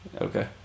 Okay